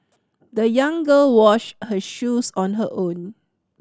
the young girl washed her shoes on her own